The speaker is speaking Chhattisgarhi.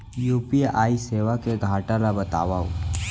यू.पी.आई सेवा के घाटा ल बतावव?